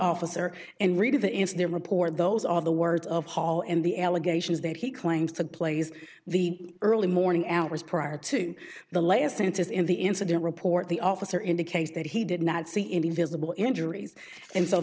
officer and read of the in their report those are the words of paul and the allegations that he claims that plays the early morning hours prior to the last census in the incident report the officer indicates that he did not see any visible injuries and so